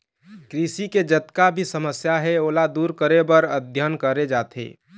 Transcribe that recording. कृषि के जतका भी समस्या हे ओला दूर करे बर अध्ययन करे जाथे